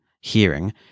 hearing